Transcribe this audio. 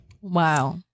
Wow